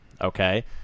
okay